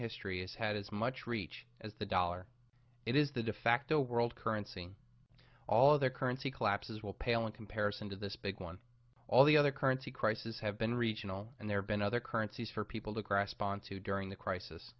history has had as much reach as the dollar it is the defacto world currency all of their currency collapses will pale in comparison to this big one all the other currency crisis have been regional and there been other currencies for people to grasp onto during the crisis